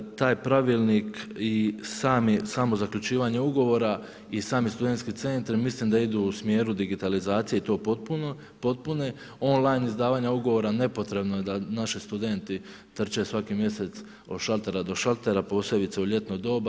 Taj pravilnik i samo zaključivanje ugovora i sami studentski centri mislim da idu u smjeru digitalizacije i to potpune, online izdavanja ugovora, nepotrebno je da naši studenti trče svaki mjesec od šaltera do šaltera, posebice u ljetno doba.